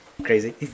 Crazy